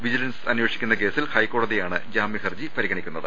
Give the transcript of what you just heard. വിജി ലൻസ് അന്വേഷിക്കുന്ന കേസിൽ ഹൈക്കോടതിയാണ് ജാമ്യ ഹർജി പരിഗണിക്കുന്നത്